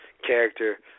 character